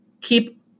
Keep